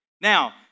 Now